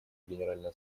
генеральная